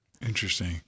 Interesting